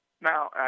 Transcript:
Now